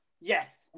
yes